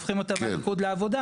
הופכים אותה מליכוד לעבודה.